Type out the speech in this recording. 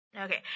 Okay